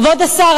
כבוד השר,